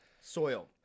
soil